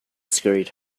scurried